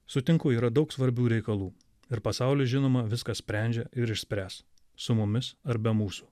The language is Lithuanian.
sutinku yra daug svarbių reikalų ir pasaulis žinoma viską sprendžia ir išspręs su mumis ar be mūsų